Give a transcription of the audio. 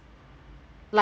like